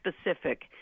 specific